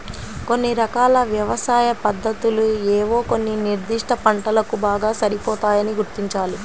కొన్ని రకాల వ్యవసాయ పద్ధతులు ఏవో కొన్ని నిర్దిష్ట పంటలకు బాగా సరిపోతాయని గుర్తించాలి